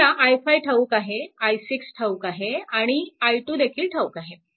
आपल्याला i5 ठाऊक आहे i6 ठाऊक आहे आणि i2 देखील ठाऊक आहे